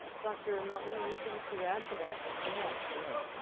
dr. montminy anything to add to that? yeah, sure.